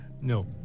No